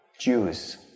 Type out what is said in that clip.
Jews